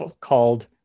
called